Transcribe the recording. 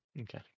Okay